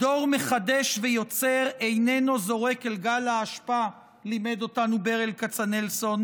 "דור מחדש ויוצר איננו זורק אל גל האשפה" לימד אותנו ברל כצנלסון,